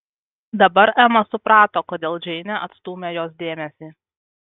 dabar ema suprato kodėl džeinė atstūmė jos dėmesį